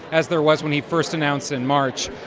as there was when he first announced in march.